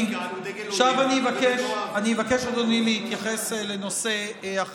עכשיו, אדוני, אני אבקש להתייחס לנושא אחר.